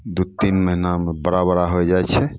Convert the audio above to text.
दू तीन महिनामे बड़ा बड़ा होय जाइ छै